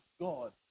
God